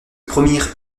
promirent